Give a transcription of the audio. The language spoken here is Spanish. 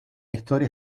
historia